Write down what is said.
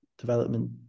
development